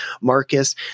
Marcus